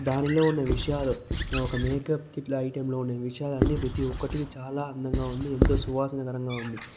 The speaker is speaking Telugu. దానిలో ఉన్న విషయాలు ఒక మేకప్ కిట్లో ఐటెంలో ఉండే విషయాలన్ని ప్రతి ఒక్కటి చాలా అందంగా ఉంది ఎంతో సువాసన కరంగా ఉంది